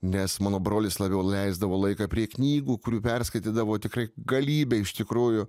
nes mano brolis labiau leisdavo laiką prie knygų kurių perskaitydavo tikrai galybę iš tikrųjų